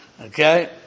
Okay